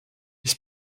ich